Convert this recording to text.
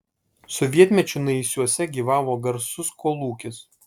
sovietmečiu naisiuose gyvavo garsus kolūkis